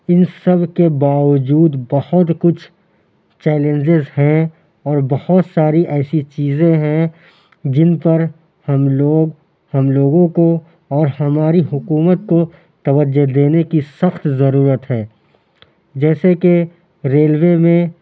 اِن سب کے باوجود بہت کچھ چیلینجیز ہیں اور بہت ساری ایسی چیزیں ہیں جن پر ہم لوگ ہم لوگوں کو اور ہماری حکومت کو توجہ دینے کی سخت ضرورت ہے جیسے کہ ریلوے میں